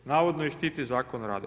Navodno iz štiti Zakon o radu.